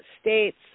states